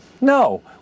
No